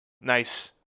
Nice